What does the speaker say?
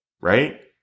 right